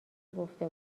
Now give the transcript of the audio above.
گفته